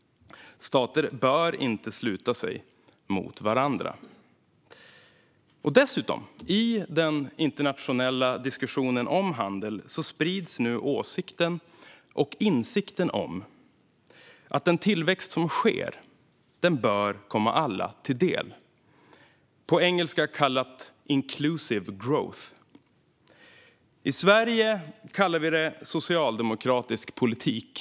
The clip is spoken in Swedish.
Stater bör inte sluta sig gentemot varandra. Dessutom sprids nu i den internationella diskussionen om handel åsikten och insikten om att den tillväxt som sker bör komma alla till del. På engelska kallas det inclusive growth. I Sverige kallar vi det socialdemokratisk politik.